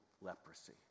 leprosy